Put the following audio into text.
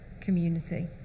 community